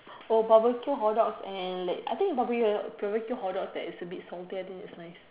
oh barbeque hot dog and like barbeque hot dog that is a bit saltier then is nice